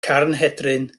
carnhedryn